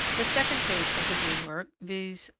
the second phase of the dream-work, viz.